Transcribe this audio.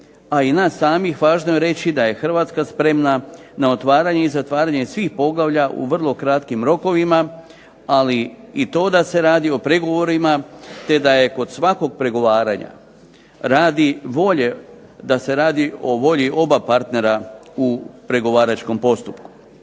i nas samih važno je reči da je Hrvatska spremna na otvaranje i zatvaranje svih rokova u vrlo kratkim rokovima ali i to da se radi o pregovorima, te da je kod svakog pregovaranja radi volje, da se radi o volji oba partnera u pregovaračkom postupku.